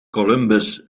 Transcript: columbus